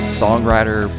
songwriter